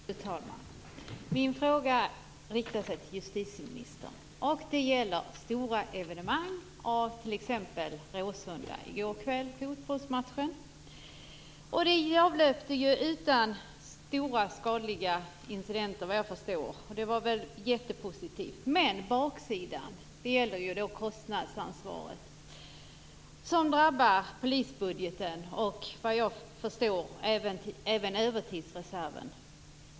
Fru talman! Min fråga riktar sig till justitieministern. Det gäller stora evenemang av t.ex. samma typ som det på Råsunda i går kväll, alltså fotbollsmatchen. Den avlöpte ju utan stora skadliga incidenter vad jag förstår. Det var väl jättepositivt. Men det finns en baksida. Det gäller kostnadsansvaret. Det här drabbar ju polisbudgeten och vad jag förstår även övertidsreserven.